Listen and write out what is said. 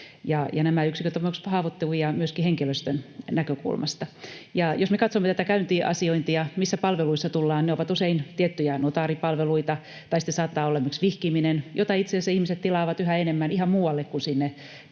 nämä yksiköt ovat haavoittuvia myöskin henkilöstön näkökulmasta. Jos me katsomme tätä käyntiasiointia, missä palveluissa tullaan, ne ovat usein tiettyjä notaaripalveluita tai sitten saattaa olla esimerkiksi vihkiminen, jota itse asiassa ihmiset tilaavat yhä enemmän ihan muualle kuin sinne